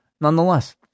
Nonetheless